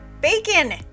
bacon